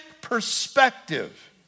perspective